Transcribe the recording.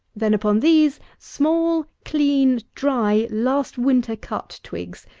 then upon these, small, clean, dry, last-winter-cut twigs,